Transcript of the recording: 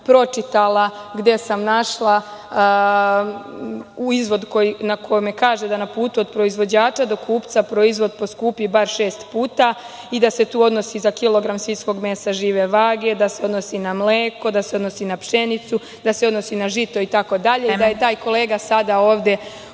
pročitala, gde sam našla izvod na kome kaže da na putu od proizvođača do kupca proizvod poskupi bar šest puta i da se to odnosi za kilogram svinjskog mesa žive vage, da se odnosi na mleko, da se odnosi na pšenicu, da se odnosi na žito itd.(Predsedavajuća: Vreme.)Da je taj kolega sada ovde